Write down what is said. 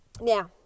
Now